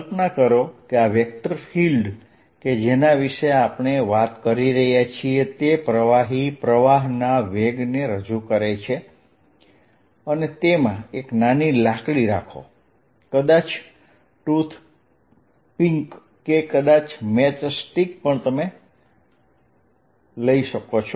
કલ્પના કરો કે આ વેક્ટર ફીલ્ડ કે જેના વિશે આપણે વાત કરી રહ્યા છીએ તે પ્રવાહી પ્રવાહ ના વેગને રજૂ કરે છે અને તેમાં એક નાની લાકડી રાખો કદાચ ટૂથ પીંક કે કદાચ મેચ સ્ટિક પણ લઇ શકાય